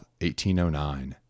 1809